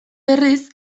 berriz